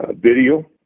video